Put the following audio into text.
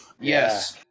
Yes